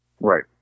Right